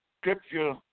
Scripture